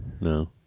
No